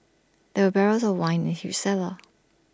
there were barrels of wine in huge cellar